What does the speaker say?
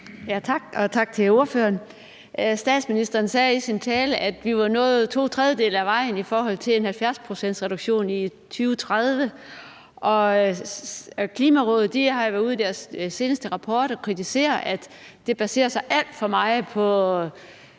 Tak. Og tak til ordføreren. Statsministeren sagde i sin tale, at vi var nået to tredjedele af vejen i forhold til en 70-procentsreduktion i 2030, og Klimarådet har i deres seneste rapport været ude at kritisere, at det baserer sig alt for meget på